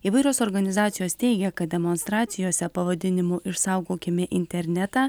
įvairios organizacijos teigia kad demonstracijose pavadinimu išsaugokime internetą